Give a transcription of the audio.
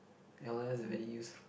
l_o_l is a very useful